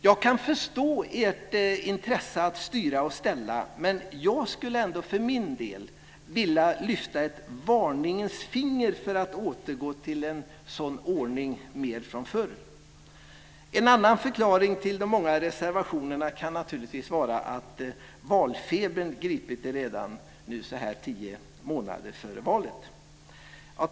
Jag kan förstå ert intresse att styra och ställa, men jag skulle ändå för min del vilja lyfta ett varningens finger för att återgå till en sådan ordning från förr. En annan förklaring till de många reservationerna är förstås att valfebern gripit er redan så här tio månader före valet.